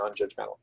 non-judgmental